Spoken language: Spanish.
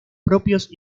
propios